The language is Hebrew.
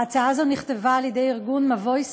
ההצעה הזאת נכתבה על ידי ארגון "מבוי סתום",